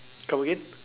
come again